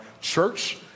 church